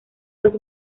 los